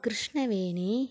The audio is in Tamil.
கிருஷ்ணவேணி